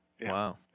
Wow